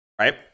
right